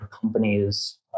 companies